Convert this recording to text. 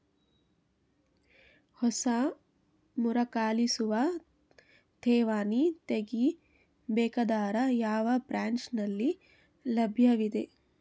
ಹೊಸ ಮರುಕಳಿಸುವ ಠೇವಣಿ ತೇಗಿ ಬೇಕಾದರ ಯಾವ ಬ್ರಾಂಚ್ ನಲ್ಲಿ ಲಭ್ಯವಿದೆ?